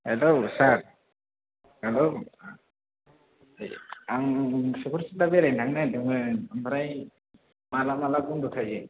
hello sir hello आं चकरसिला बेरायनो थांनो नागेरदोंमोन ओमफ्राय माला माला बन्द' थायो